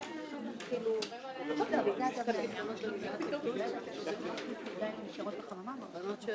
רמת הנתונים שקיימת היום לא מאפשרת להראות